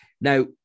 Now